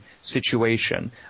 situation